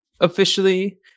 officially